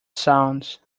sounds